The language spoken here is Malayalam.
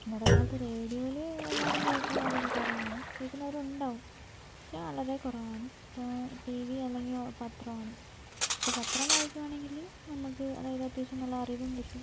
പിന്നെ അതുമാത്രമല്ല റേഡിയോയിൽ എല്ലാവരും കേൾക്കൽ വളരെ കുറവാണ് കേൾക്കുന്നവരും ഉണ്ടാവും പക്ഷേ വളരെ കുറവാണ് ഇപ്പോൾ ടീ വി അല്ലെങ്കിൽ പത്രമാണ് ഇപ്പോൾ പത്രം വായിക്കുവാണെങ്കിൽ നമുക്ക് അതായത് അത്യാവശ്യം നല്ല അറിവും കിട്ടും